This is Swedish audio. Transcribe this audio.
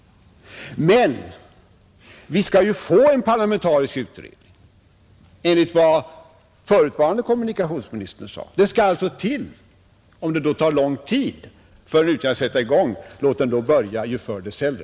Men vi skall ju enligt vad förutvarande kommunikationsministern sade få en parlamentarisk utredning. Om det tar lång tid för en utredning att sätta i gång, låt den då börja ju förr dess hellre!